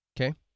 Okay